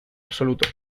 absoluto